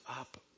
up